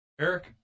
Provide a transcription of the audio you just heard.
Eric